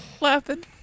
laughing